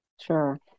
Sure